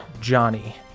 Johnny